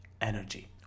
energy